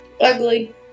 Ugly